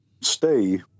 stay